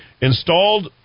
installed